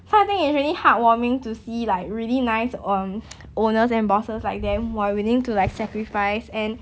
so I think it's really heartwarming to see like really nice um owners and bosses like them who are willing to like sacrifice and